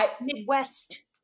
Midwest